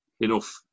enough